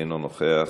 אינו נוכח,